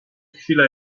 chwilę